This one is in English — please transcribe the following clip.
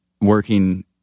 working